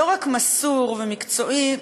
לא רק מסור ומקצועי,